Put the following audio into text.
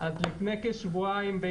לפני כשבועיים,